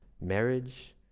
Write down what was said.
marriage